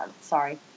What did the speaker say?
Sorry